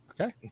Okay